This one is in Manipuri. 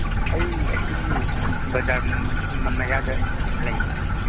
ꯑꯩ ꯑꯁꯤꯒꯤ ꯕꯖꯥꯔ ꯃꯌꯥꯗ ꯂꯩꯌꯦ